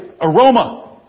aroma